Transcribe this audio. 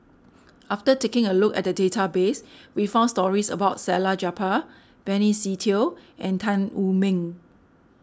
after taking a look at the database we found stories about Salleh Japar Benny Se Teo and Tan Wu Meng